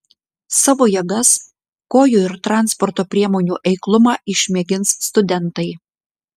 savo jėgas kojų ir transporto priemonių eiklumą išmėgins studentai